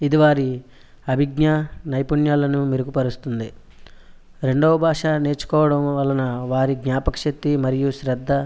ఇది వారి అవిజ్ఞా నైపుణ్యాలను మెరుగుపరుస్తుంది రెండొవ భాష నేర్చుకోవడం వలన వారి జ్ఞాపక శక్తి మరియు శ్రద్ధ